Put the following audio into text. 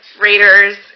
Raiders